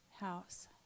house